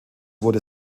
wurde